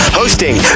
hosting